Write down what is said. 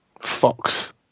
Fox